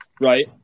right